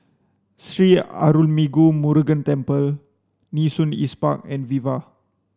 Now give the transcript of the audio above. Sri Arulmigu Murugan Temple Nee Soon East Park and Viva